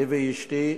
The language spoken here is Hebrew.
אני ואשתי.